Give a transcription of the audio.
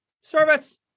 Service